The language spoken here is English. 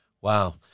Wow